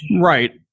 right